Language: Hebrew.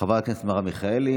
חברת הכנסת מרב מיכאלי.